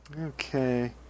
Okay